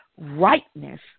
rightness